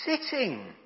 sitting